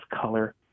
color